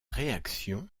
réaction